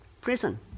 prison